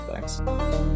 Thanks